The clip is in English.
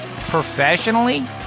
professionally